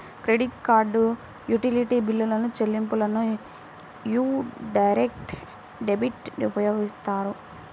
credit card, utility బిల్లుల చెల్లింపులకు యీ డైరెక్ట్ డెబిట్లు ఉపయోగిత్తారు